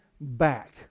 back